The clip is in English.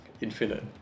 infinite